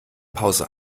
pause